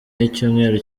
y’icyumweru